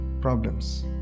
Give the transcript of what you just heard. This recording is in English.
problems